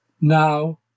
Now